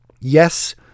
yes